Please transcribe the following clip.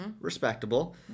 Respectable